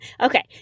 okay